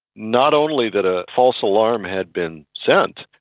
not only that a false alarm had been sent,